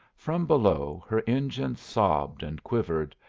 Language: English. from below her engines sobbed and quivered,